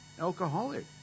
alcoholic